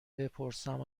بپرسم